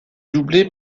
doublé